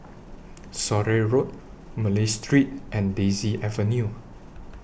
Surrey Road Malay Street and Daisy Avenue